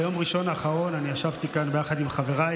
ביום ראשון האחרון אני ישבתי כאן ביחד עם חבריי